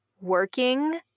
Working